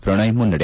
ಪ್ರಣಾಯ್ ಮುನ್ನಡೆ